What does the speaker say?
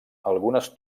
algunes